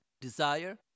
desire